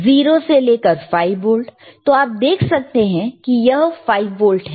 0 से लेकर 5 वोल्ट है तो आप देख सकते हैं कि यह 5 वोल्ट है